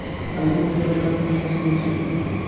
आलु रोपा वला कोनो मशीन हो छैय की?